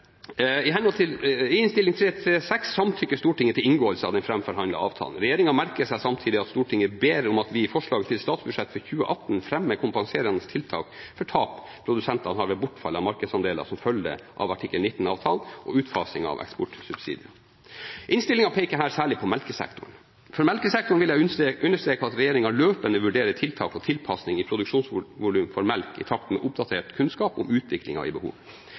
avtalen. Regjeringen merker seg samtidig at Stortinget ber om at vi i forslag til statsbudsjett for 2018 fremmer kompenserende tiltak for tap som produsentene har ved bortfall av markedsandeler som følge av artikkel 19-avtalen og utfasingen av eksportsubsidier. Innstillingen peker her særlig på melkesektoren. For melkesektoren vil jeg understreke at regjeringen løpende vurderer tiltak og tilpassing i produksjonsvolumet for melk i takt med oppdatert kunnskap om utviklingen i behov.